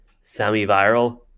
semi-viral